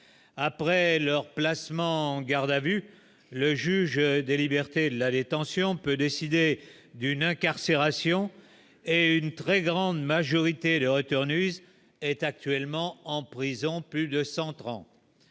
après leur placement en garde à vue, le juge des libertés et de la détention peut décider d'une incarcération et une très grande majorité de retenue est actuellement en prison plus de 130